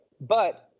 But-